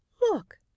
Look